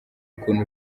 ukuntu